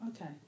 Okay